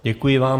Děkuji vám.